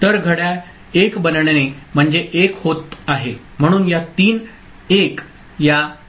तर घड्याळ 1 बनणे म्हणजे 1 होत आहे म्हणून या तीन 1s या तीन 1 ने 0 बनवल्या आहेत